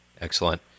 Excellent